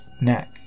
neck